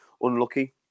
Unlucky